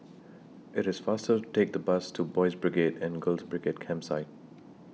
IT IS faster to Take The Bus to Boys' Brigade and Girls' Brigade Campsite